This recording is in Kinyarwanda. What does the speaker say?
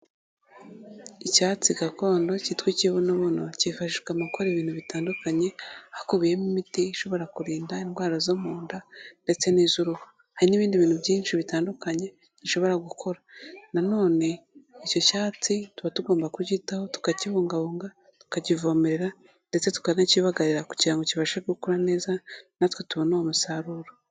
Icyatsi gakondo cyitwa ikibonobono cyifashishwa mu gukora ibintu bitandukanye hakubiyemo imiti ishobora kurinda indwara zo mu nda ndetse n'iz'uruhu. Hari n'ibindi bintu byinshi bitandukanye dushobora gukora. Nanone, icyo cyatsi tuba tugomba kukitaho tukakibungabunga, tukakivomerera ndetse tukanakibagarira kugira ngo kibashe gukura neza natwe tubone uwo musaruro.